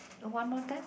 one more time